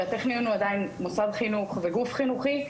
והטכניון הוא עדיין מוסד חינוך, וגוף חינוכי.